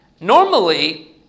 normally